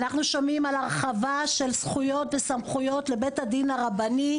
אנחנו שומעים על הרחבה של זכויות וסמכויות לבית הדין הרבני,